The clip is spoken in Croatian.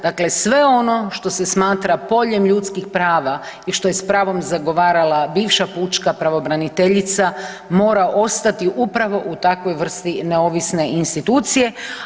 Dakle, sve ono što se smatra poljem ljudskih prava i što je s pravom zagovarala bivša pučka pravobraniteljica mora ostati upravo u takvoj vrsti neovisne institucije.